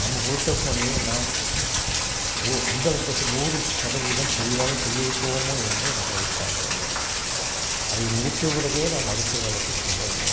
நம்ம கொடுத்த பணியை நாம் ஒ ஹண்ட்ரெட் பெர்செண்ட் நூறு சதவீதம் சரியாக செய்திருக்கோமா என நம்ம அதை பார்க்க வேண்டும் அதை முடித்த பிறகே நாம் அடுத்த வேலைக்குச் செல்ல வேண்டும்